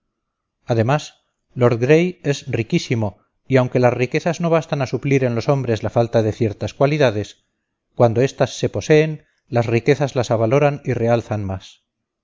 además lord gray es riquísimo y aunque las riquezas no bastan a suplir en los hombres la falta de ciertas cualidades cuando estas se poseen las riquezas las avaloran y realzan más